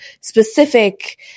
specific